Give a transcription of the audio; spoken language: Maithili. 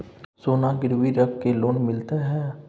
सोना गिरवी रख के लोन मिलते है?